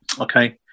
Okay